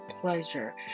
pleasure